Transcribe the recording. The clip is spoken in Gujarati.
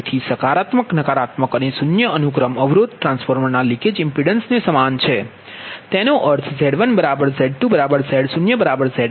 તેથી સકારાત્મક નકારાત્મક અને શૂન્ય અનુક્રમ અવરોધ ટ્રાન્સફોર્મરના લિકેજ ઇમ્પિડન્સ સમાન અને સમાન છે તેનો અર્થZ1Z2Z0Zl